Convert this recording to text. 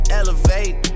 elevate